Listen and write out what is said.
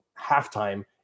halftime